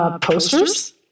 posters